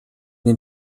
den